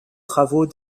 travaux